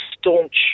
staunch